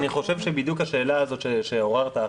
אני חושב שהשאלה הזאת שעוררת עכשיו,